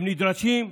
הם נדרשים,